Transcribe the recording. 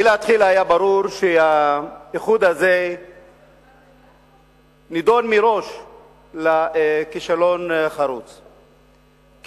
מלכתחילה היה ברור שהאיחוד הזה נידון לכישלון חרוץ מראש,